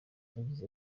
yagize